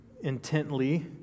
intently